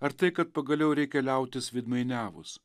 ar tai kad pagaliau reikia liautis veidmainiavus